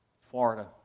Florida